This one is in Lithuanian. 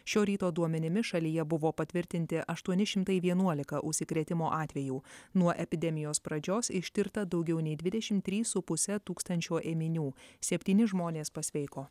šio ryto duomenimis šalyje buvo patvirtinti aštuoni šimtai vienuolika užsikrėtimo atvejų nuo epidemijos pradžios ištirta daugiau nei dvidešim trys su puse tūkstančio ėminių septyni žmonės pasveiko